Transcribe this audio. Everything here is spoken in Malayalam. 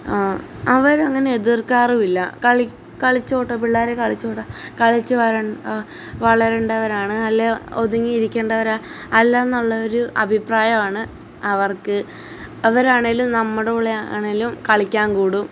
അവരങ്ങനെ എതിർക്കാറുമില്ല കളി കളിച്ചോട്ടെ പിള്ളേരു കളിച്ചോട്ടെ കളിച്ചു വര അ വളരേണ്ടവരാണ് അല്ലെ ഒതുങ്ങി ഇരിക്കേണ്ടവർ അല്ലെന്നുള്ളയൊരു അഭിപ്രായമാണ് അവർക്ക് അവരാണെങ്കിലും നമ്മുടെ കൂടെ ആണെങ്കിലും കളിയ്ക്കാൻ കൂടും